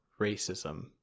Racism